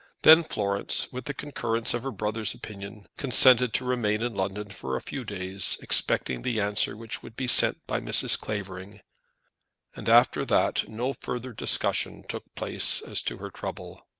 then florence, with the concurrence of her brother's opinion, consented to remain in london for a few days, expecting the answer which would be sent by mrs. clavering and after that no further discussion took place as to her trouble.